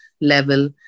level